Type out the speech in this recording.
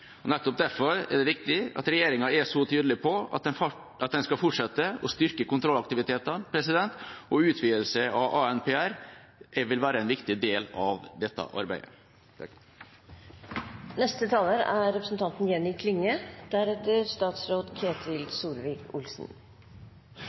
Nettopp derfor er det viktig at regjeringa er så tydelig på at en skal fortsette å styrke kontrollaktivitetene, og en utvidelse av ANPR vil være en viktig del av dette arbeidet.